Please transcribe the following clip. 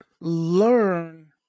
learn